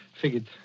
figured